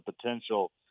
potential